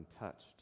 untouched